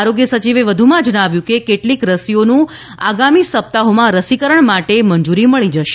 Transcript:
આરોગ્ય સચિવે વધુમાં જણાવ્યું કે કેટલીક રસીઓનું આગામી સપ્તાહોમાં રસીકરણ માટે મંજૂરી મળી જશે